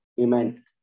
Amen